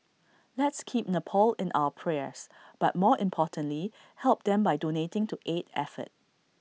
let's keep Nepal in our prayers but more importantly help them by donating to aid effort